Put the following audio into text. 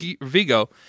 Vigo